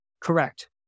Correct